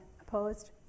Opposed